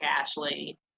ashley